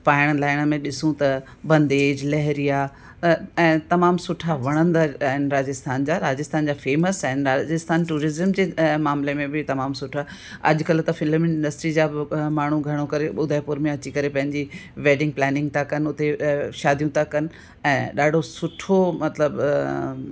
पाइण लाइण में ॾिसूं त बंधेज लहेरीआ तमामु सुठा वणंदड़ आहिनि राजस्थान जा राजस्थान जा फ़ेमस आहिनि राजस्थान ट्यूरिज़्म जे मामले में बि तमामु सुठो आहे अॼुकल्ह त फ़िल्म इंडस्ट्रीज़ जा बि माण्हू घणो करे उदयपुर में अची करे पंहिंजी वेडिंग प्लेनिंग था कनि उते शादियूं था कनि ऐं ॾाढो सुठो मतलबु